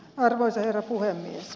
arvoisa herra puhemies